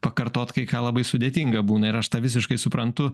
pakartot kai ką labai sudėtinga būna ir aš tą visiškai suprantu